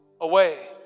away